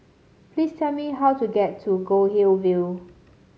please tell me how to get to Goldhill View